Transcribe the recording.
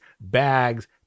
bags